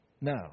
No